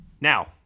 Now